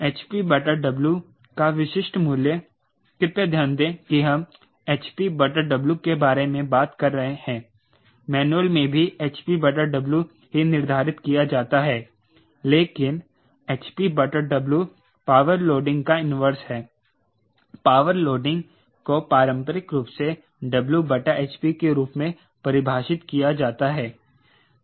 hp बटा W का विशिष्ट मूल्य कृपया ध्यान दें कि हम hp बटा W के बारे में बात कर रहे हैं मैनुअल में भी hp बटा W ही निर्धारित किया जाता है लेकिन hp बटा W पावर लोडिंग का इन्वर्स है पावर लोडिंग को पारंपरिक रूप से W बटा hp के रूप में परिभाषित किया जाता है